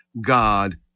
God